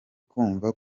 kumva